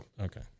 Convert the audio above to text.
Okay